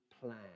plan